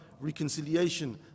reconciliation